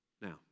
Now